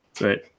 Right